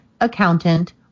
accountant